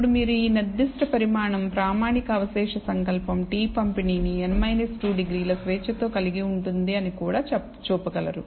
ఇప్పుడు మీరు ఈ నిర్దిష్ట పరిమాణం ప్రామాణిక అవశేష సంకల్పం t పంపిణీని n 2 డిగ్రీల స్వేచ్ఛతో కలిగి ఉంటుందని అని కూడా చూపగలరు